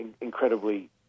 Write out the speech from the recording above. incredibly